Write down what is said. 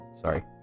sorry